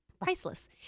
Priceless